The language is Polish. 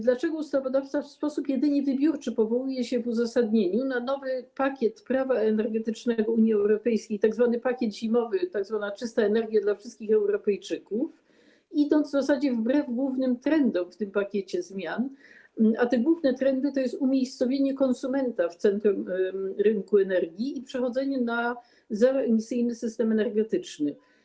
Dlaczego ustawodawca w sposób jedynie wybiórczy powołuje się w uzasadnieniu na nowy pakiet prawa energetycznego Unii Europejskiej, tzw. pakiet zimowy, to tzw. czysta energia dla wszystkich Europejczyków, idąc w zasadzie wbrew głównym trendom w tym pakiecie zmian, a te główne trendy to jest umiejscowienie konsumenta w centrum rynku energii i przechodzenie na zeroemisyjny system energetyczny?